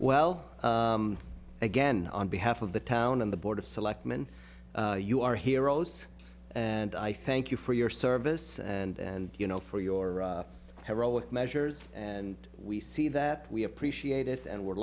well again on behalf of the town and the board of selectmen you are heroes and i thank you for your service and you know for your heroic measures and we see that we appreciate it and we're